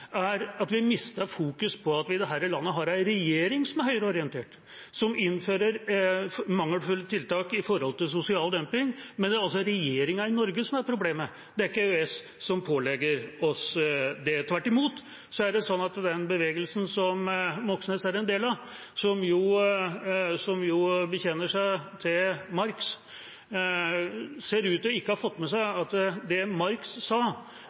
er at vi mister fokus på at vi i dette landet har en regjering som er høyreorientert, som innfører mangelfulle tiltak når det gjelder sosial dumping. Det er regjeringa i Norge som er problemet. Det er ikke EØS-avtalen som pålegger oss det. Tvert imot er det slik at den bevegelsen som Moxnes er en del av, som bekjenner seg til Marx, ser ut til ikke å ha fått med seg at det Marx sa,